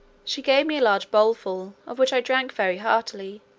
she gave me a large bowlful, of which i drank very heartily,